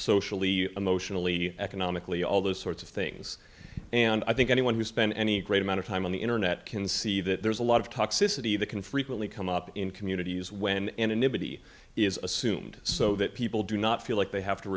socially emotionally economically all those sorts of things and i think anyone who's spent any great amount of time on the internet can see that there's a lot of toxicity that can frequently come up in communities when anonymity is assumed so that people do not feel like they have to